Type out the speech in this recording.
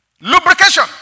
Lubrication